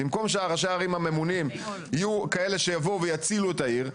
במקום שראשי הערים הממונים יהיו כאלה שיבואו ויצילו את העיר אנחנו,